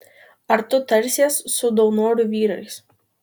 ar tu tarsies su daunorių vyrais